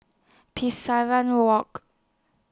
Walk